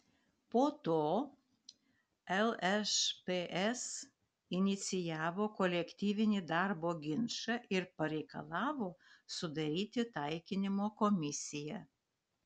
po to lšps inicijavo kolektyvinį darbo ginčą ir pareikalavo sudaryti taikinimo komisiją